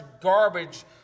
garbage